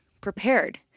prepared